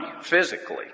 physically